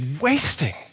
wasting